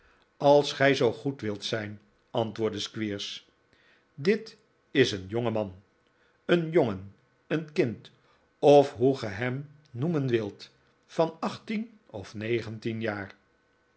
als gij zoo goed wilt zijn antwoordde squeers dit is een jongeman een jongen een kind of hoe ge hem noemen wilt van achttien of negentien jaar